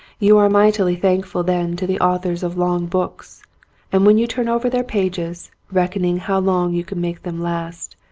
you are mightily thankful then to the authors of long books and when you turn over their pages, reckon ing how long you can make them last,